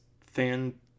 fan